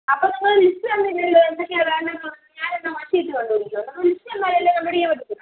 അപ്പോൾ നിങ്ങൾ ലിസ്റ്റ് തന്നില്ലല്ലോ എന്തൊക്കെയാണ് വേണ്ടതെന്ന് പറഞ്ഞ് ഞാനെന്താണ് വർക് ക്ഷീറ്റ് കണ്ട് പിടിക്കയോ ലിസ്റ്റ് തന്നാലല്ലേ കണ്ടുപിടിക്കാൻ പറ്റത്തൊള്ളൂ